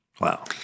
Wow